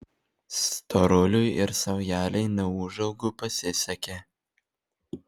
storuliui ir saujelei neūžaugų pasisekė